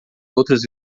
outros